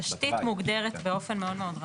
כי הדוגמאות שאתה נותן הן דוגמאות של ניקוז,